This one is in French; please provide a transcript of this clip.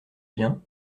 bien